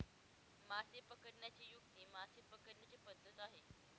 मासे पकडण्याची युक्ती मासे पकडण्याची पद्धत आहे